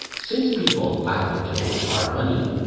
since people, been told are money,